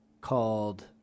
called